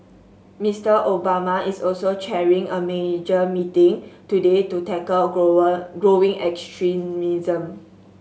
Mister Obama is also chairing a major meeting today to tackle grow growing extremism